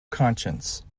conscience